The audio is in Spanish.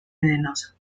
venenoso